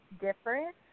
different